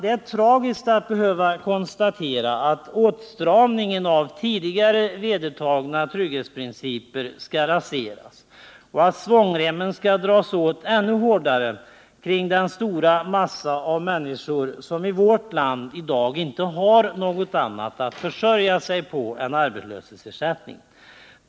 Det är tragiskt att behöva konstatera, att tidigare vedertagna trygghetsprinciper skall raseras och svångremmen dras åt ännu hårdare kring den stora massa av människor som i vårt land i dag inte har något annat att försörja sig på än arbetslöshetsersättning.